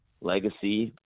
legacy